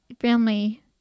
family